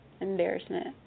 embarrassment